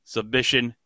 Submission